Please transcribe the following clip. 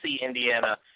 Indiana